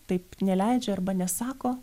taip neleidžia arba nesako